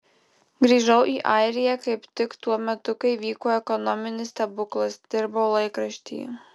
grįžau į airiją kaip tik tuo metu kai vyko ekonominis stebuklas dirbau laikraštyje